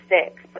six